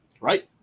Right